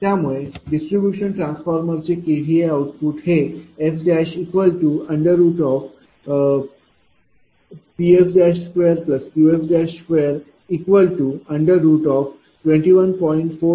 त्यामुळे distribution transformer चे kVA output हे SPs2Qs221